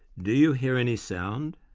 do you hear any sound,